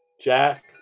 Jack